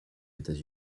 états